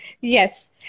yes